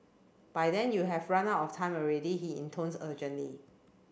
by then you have run out of time already he intones urgently